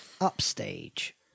Upstage